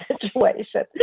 situation